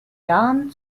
jahren